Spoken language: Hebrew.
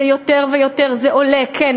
זה יותר ויותר, זה עולה, כן.